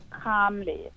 calmly